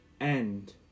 end